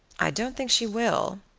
i don't think she will,